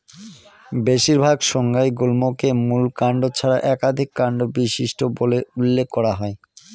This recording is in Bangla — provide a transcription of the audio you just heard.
বেশিরভাগ সংজ্ঞায় গুল্মকে মূল কাণ্ড ছাড়া একাধিক কাণ্ড বিশিষ্ট বলে উল্লেখ করা হয়